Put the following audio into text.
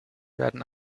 werden